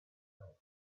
else